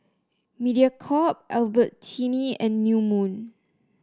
Mediacorp Albertini and New Moon